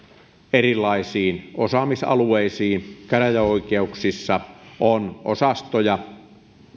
erilaisiin osaamisalueisiin käräjäoikeuksissa on osastoja